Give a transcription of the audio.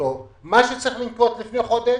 מה שיה צריך לעשות לפני חודש,